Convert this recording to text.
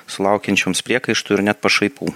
sulaukiančioms priekaištų ir net pašaipų